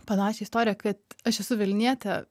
panašią istoriją kad aš esu vilnietė